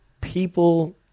people